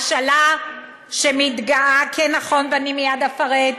כן נכון, ואני מייד אפרט.